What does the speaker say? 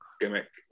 gimmick